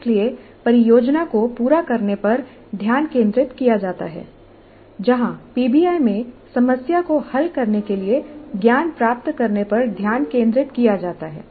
इसलिए परियोजना को पूरा करने पर ध्यान केंद्रित किया जाता है जहां पीबीआई में समस्या को हल करने के लिए ज्ञान प्राप्त करने पर ध्यान केंद्रित किया जाता है